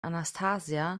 anastasia